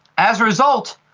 as a result,